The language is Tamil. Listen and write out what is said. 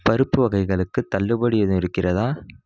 பருப்பு வகைகளுக்கு தள்ளுபடி எதும் இருக்கிறதா